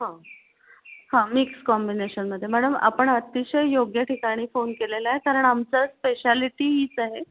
हां हां मिक्स कॉम्बिनेशनमध्ये मॅडम आपण अतिशय योग्य ठिकाणी फोन केलेला आहे कारण आमचं स्पेशालिटी हीच आहे